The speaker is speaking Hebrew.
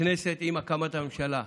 בכנסת עם הקמת הממשלה: